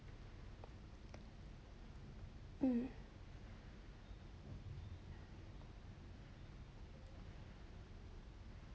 mm